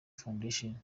foundation